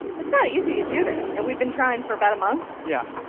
it's not easy to do this. and we'd been trying for about a month. yeah.